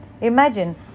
Imagine